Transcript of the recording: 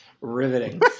Riveting